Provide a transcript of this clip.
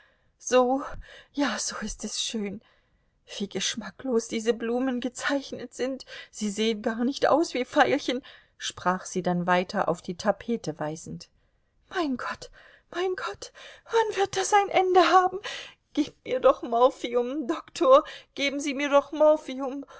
so ja so ist es schön wie geschmacklos diese blumen gezeichnet sind sie sehen gar nicht aus wie veilchen sprach sie dann weiter auf die tapete weisend mein gott mein gott wann wird das ein ende haben gebt mir doch morphium doktor geben sie mir doch morphium